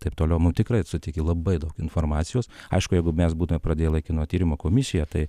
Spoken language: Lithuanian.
taip toliau nu tikrai suteikia labai daug informacijos aišku jeigu mes būtume pradėję laikino tyrimo komisiją tai